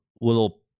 little